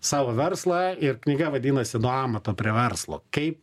savo verslą ir knyga vadinasi nuo amato prie verslo kaip